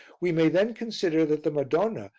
we may then consider that the madonna,